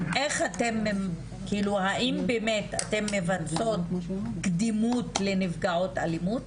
האם אתן מבצעות קדימות לנפגעות אלימות?